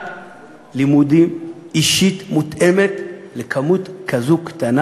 לימודים אישית מותאמת לכמות קטנה כזאת.